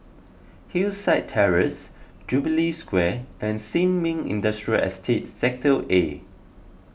Hillside Terrace Jubilee Square and Sin Ming Industrial Estate Sector A